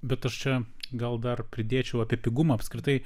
bet aš čia gal dar pridėčiau apie pigumą apskritai